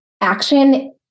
action